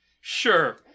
sure